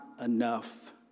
enough